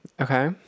okay